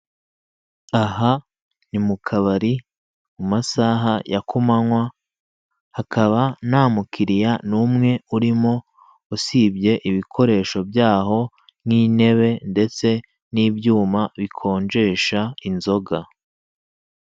Aha ni mukabari mu masaaha ya kumanwa, hakaba ntamukiriya n'umwe urimo, usibye ibikoresho byaho ni intebe ndetse n'ibyuma bikonjesha inzoga.